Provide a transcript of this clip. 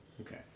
Okay